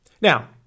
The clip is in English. Now